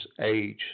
age